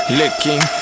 licking